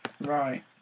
Right